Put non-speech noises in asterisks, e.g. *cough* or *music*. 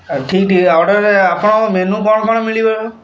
ଠିକ୍ ଠିକ୍ ଅର୍ଡ଼ର୍ *unintelligible* ଆପଣଙ୍କ ମେନୁ କଣ କଣ ମିଳିବ